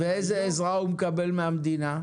ואיזו עזרה הוא מקבל מהמדינה?